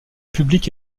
publics